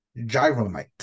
Gyromite